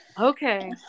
Okay